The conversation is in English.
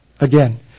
again